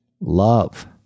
love